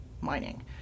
mining